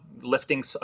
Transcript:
lifting